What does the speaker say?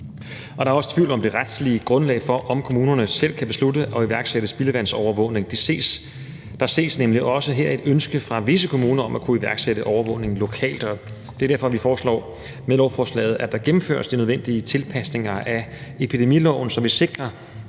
Der er også tvivl om det retslige grundlag for, om kommunerne selv kan beslutte at iværksætte spildevandsovervågning. Der ses nemlig også her et ønske fra visse kommuner om at kunne iværksætte overvågning lokalt. Det er derfor, vi med lovforslaget foreslår, at der gennemføres de nødvendige tilpasninger af epidemiloven, så vi sikrer